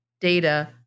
data